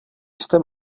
jste